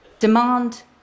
demand